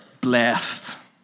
Blessed